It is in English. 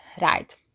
Right